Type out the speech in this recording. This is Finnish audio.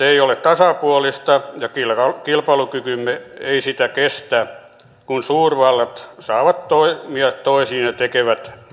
se ei ole tasapuolista ja kilpailukykymme ei sitä kestä kun suurvallat saavat toimia toisin ja ja tekevät